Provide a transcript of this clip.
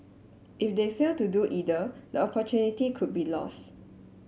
if they fail to do either the opportunity could be lost